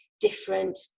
different